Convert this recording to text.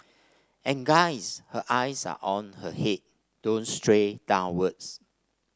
and guys her eyes are on her head don't stray downwards